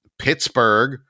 Pittsburgh